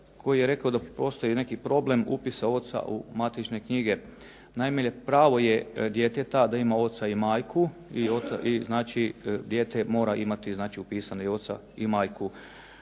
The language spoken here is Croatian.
koji je rekao da postoji neki problem upisa oca u matične knjige. Naime, pravo je djeteta da ima oca i majku i znači dijete mora imati znači upisane oca i majku.